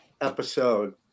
episode